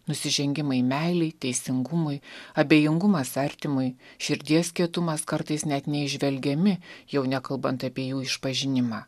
nusižengimai meilei teisingumui abejingumas artimui širdies kietumas kartais net neįžvelgiami jau nekalbant apie jų išpažinimą